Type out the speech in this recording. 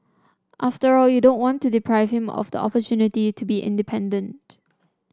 after all you don't want to deprive him of the opportunity to be independent